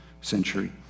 century